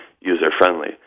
user-friendly